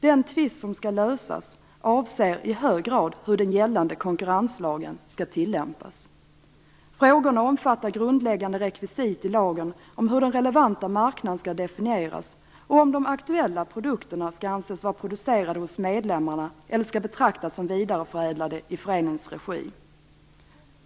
Den tvist som skall lösas avser i hög grad hur den gällande konkurrenslagen skall tillämpas. Frågorna omfattar grundläggande rekvisit i lagen om hur den relevanta marknaden skall definieras och om de aktuella produkterna skall anses vara producerade hos medlemmarna, eller skall betraktas som vidareförädlade i föreningens regi.